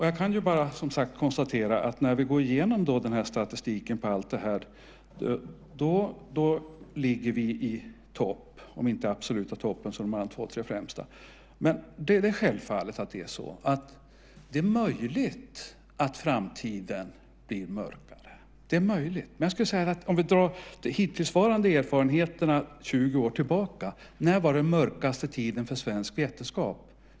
Jag kan bara konstatera att när vi går igenom statistiken ligger vi i topp, om inte i den absoluta toppen så i alla fall bland de två tre främsta. Det är självfallet möjligt att framtiden blir mörkare. Men om vi drar de hittillsvarande erfarenheterna 20 år tillbaka kan vi fråga oss när vi hade den mörkaste tiden för svensk vetenskap.